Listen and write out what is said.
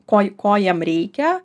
ko ko jiem reikia